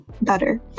better